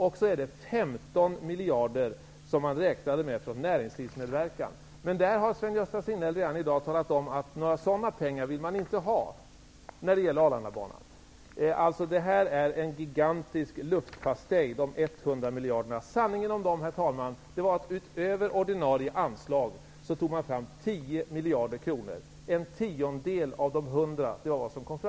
Slutligen är det 15 miljarder som man räknar med att få in genom näringslivsmedverkan -- Sven-Gösta Signell har redan talat om att några sådana pengar vill man inte ha när det gäller Arlandabanan. Det här är alltså en gigantisk luftpastej. Sanningen om dessa 100 miljarder är att man utöver ordinarie anslag tog fram 10 miljarder kronor, en tiondel av dessa miljarder.